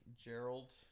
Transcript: Gerald